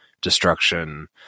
destruction